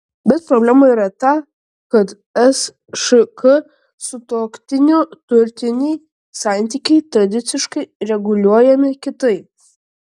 bet problema yra ta kad sšk sutuoktinių turtiniai santykiai tradiciškai reguliuojami kitaip